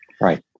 Right